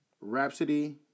Rhapsody